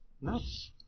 Nice